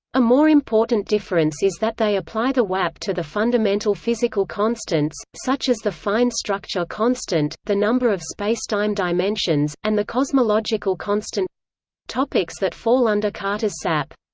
a more important difference is that they apply the wap to the fundamental physical constants, such as the fine structure constant, the number of spacetime dimensions, and the cosmological constant topics that fall under carter's sap.